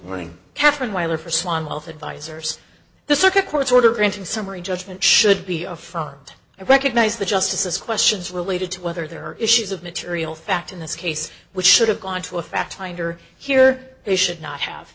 advisors the circuit court's order granting summary judgment should be affirmed i recognize the justices questions related to whether there are issues of material fact in this case which should have gone to a fact finder here they should not have